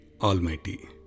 Almighty